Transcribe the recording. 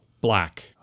black